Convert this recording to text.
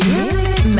Music